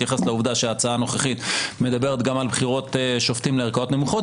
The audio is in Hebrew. אתייחס לעובדה שההצעה הנוכחית מדברת גם על בחירות שופטים לערכאות נמוכות